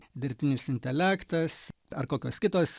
dirbtinis intelektas ar kokios kitos